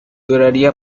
duraría